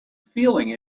feeling